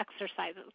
exercises